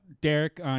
Derek